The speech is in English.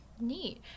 Neat